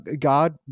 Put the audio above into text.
God